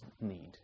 need